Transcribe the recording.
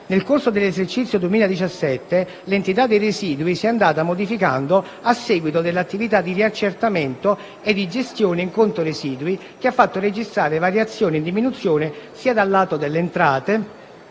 Nel corso dell'esercizio 2017 l'entità dei residui si è andata modificando a seguito dell'attività di riaccertamento e di gestione in conto residui, che ha fatto registrare variazioni in diminuzione sia dal lato delle entrate,